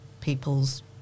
people's